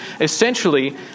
Essentially